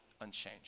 unchanged